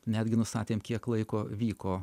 netgi nustatėm kiek laiko vyko